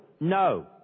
No